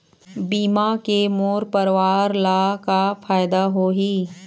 बीमा के मोर परवार ला का फायदा होही?